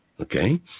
Okay